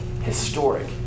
Historic